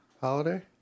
Holiday